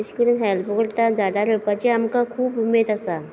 एश करून हॅल्प करता झाडां रोवपाची आमकां खूब उमेद आसा